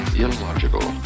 illogical